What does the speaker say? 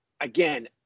again